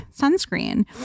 sunscreen